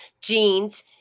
genes